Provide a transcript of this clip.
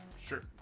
Sure